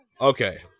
okay